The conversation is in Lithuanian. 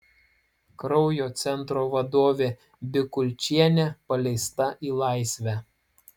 kraujo centro vadovė bikulčienė paleista į laisvę